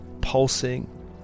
pulsing